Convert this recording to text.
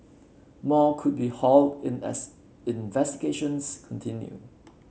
more could be hauled in as investigations continue